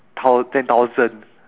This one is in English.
thou~ ten thousand